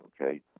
okay